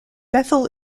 bethel